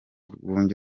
rwunge